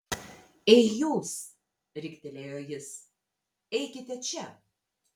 ei jūs riktelėjo jis eikite čia